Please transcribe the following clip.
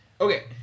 Okay